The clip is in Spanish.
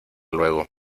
luego